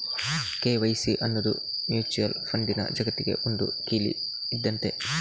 KYC ಅನ್ನುದು mutual ಫಂಡಿನ ಜಗತ್ತಿಗೆ ಒಂದು ಕೀಲಿ ಇದ್ದಂತೆ